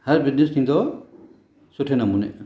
हर बिज़नस थींदो सुठे नमूने सां